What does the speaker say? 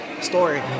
story